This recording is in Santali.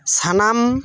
ᱥᱟᱱᱟᱢ